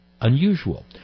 unusual